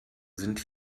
sind